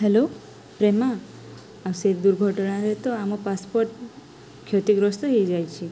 hello Prema ଆଉ ସେ ଦୁର୍ଘଟଣାରେ ତ ଆମ ପାସ୍ପୋର୍ଟ୍ କ୍ଷତିଗ୍ରସ୍ତ ହେଇଯାଇଛି